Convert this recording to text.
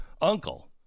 uncle